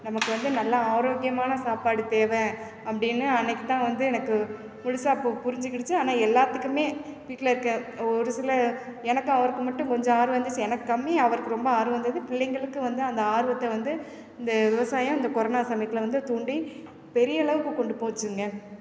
நமக்கு வந்து நல்லா ஆரோக்கியமான சாப்பாடு தேவை அப்படின்னு அன்றைக்கு தான் வந்து எனக்கு புதுசாக பு புரிஞ்சுக்கிடுச்சி ஆனால் எல்லார்த்துக்குமே வீட்டில் இருக்கற ஒரு சில எனக்கு அவருக்கு மட்டும் கொஞ்சம் ஆர்வம் இருந்துச்சு எனக்கு கம்மி அவருக்கு ரொம்ப ஆர்வம் இருந்தது பிள்ளைங்களுக்கும் வந்து அந்த ஆர்வத்தை வந்து இந்த விவசாயம் இந்த கொரோனா சமயத்தில் வந்து தூண்டி பெரிய அளவுக்கு கொண்டு போச்சுங்க